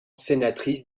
sénatrice